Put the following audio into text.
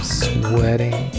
sweating